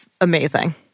amazing